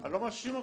אני לא מאשים אותך.